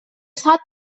sot